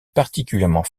particulièrement